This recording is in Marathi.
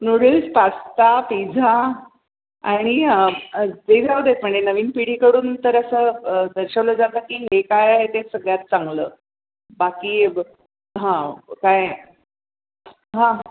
नूडल्स पास्ता पिझ्झा आणि ते जाऊदे पण या नवीन पिढीकडून तर असं दर्शवलं जातं की हे काय आहे ते सगळ्यात चांगलं बाकी हा काय आहे हां